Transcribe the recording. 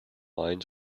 lines